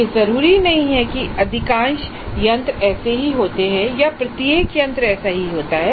यह जरूरी नहीं है कि अधिकांश यंत्र ऐसे ही होते हैं या प्रत्येक यंत्र ऐसा ही होता है